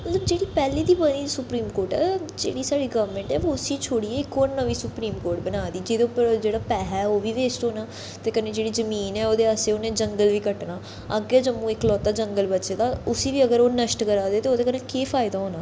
ओह् जेह्ड़ी पैह्ले दी बनी सुप्रीम कोर्ट ऐ जेह्ड़ी साढ़ी गोरमैंट ऐ ओह् उसी छोड़ियै इक होर नमीं सुप्रीम कोर्ट बना दी जेह्दे उप्पर जेह्ड़ा पैहा ऐ ओह् बी वेस्ट होना ऐ ते कन्नै जेह्ड़ी जमीन ऐ ओह्दे आस्तै उनें जंगल बी कट्टना अग्गें जम्मू इकलौता जंगल बचे दा ऐ ते उसी बी अगर ओह् नश्ट करा दे ते ओह्दे कन्नै केह् फायदा होना